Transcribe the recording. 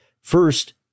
First